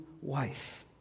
wife